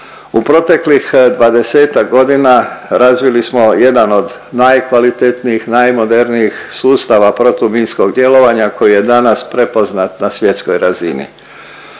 U proteklih 20-tak godina razvili smo jedan od najkvalitetnijih, najmodernijih sustava protuminskog djelovanja koji je danas prepoznat na svjetskoj razini.